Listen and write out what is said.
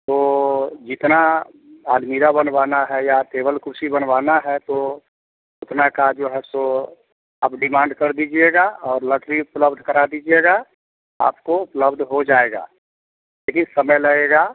तो जितना आलमीरा बनवाना है या टेबल कुर्सी बनवाना है तो उतना का जो है सो आप डिमांड कर दीजिएगा और लकड़ी उपलब्ध करा दीजिएगा आपको उपलब्ध हो जाएगा लेकिन समय लगेगा